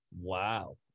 Wow